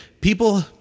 people